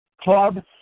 club